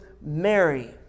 Mary